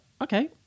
okay